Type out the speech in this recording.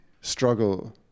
struggle